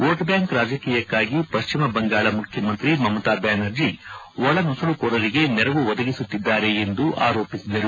vote bank ರಾಜಕೀಯಕ್ಕಾಗಿ ಪಶ್ಚಿಮ ಬಂಗಾಳ ಮುಖ್ಚಮಂತ್ರಿ ಮಮತಾ ಬ್ಯಾನರ್ಜಿ ಒಳನುಸುಳುಕೋರರಿಗೆ ನೆರವು ಒದಗಿಸುತ್ತಿದ್ದಾರೆ ಎಂದು ಆರೋಪಿಸಿದರು